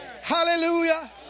hallelujah